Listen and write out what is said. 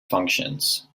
functions